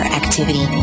activity